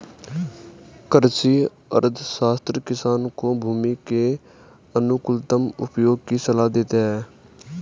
कृषि अर्थशास्त्र किसान को भूमि के अनुकूलतम उपयोग की सलाह देता है